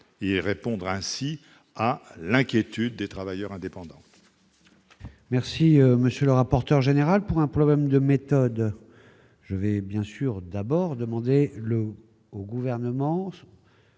de répondre ainsi à l'inquiétude des travailleurs indépendants.